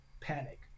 panic